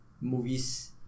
movies